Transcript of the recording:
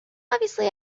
obviously